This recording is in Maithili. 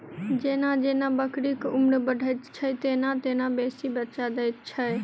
जेना जेना बकरीक उम्र बढ़ैत छै, तेना तेना बेसी बच्चा दैत छै